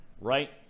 Right